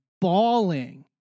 bawling